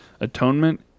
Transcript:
Atonement